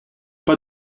pas